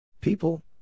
People